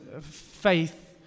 Faith